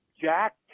Jack